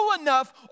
enough